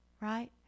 right